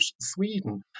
Sweden